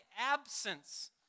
absence